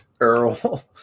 Earl